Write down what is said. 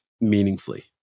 meaningfully